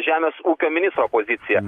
žemės ūkio ministro poziciją